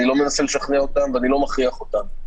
אני לא מנסה לשכנע אותם ואני לא מכריח אותם.